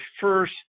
first